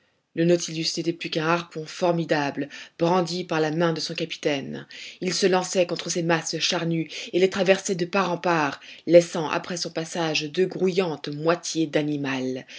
le nautilus n'était plus qu'un harpon formidable brandi par la main de son capitaine il se lançait contre ces masses charnues et les traversait de part en part laissant après son passage deux grouillantes moitiés d'animal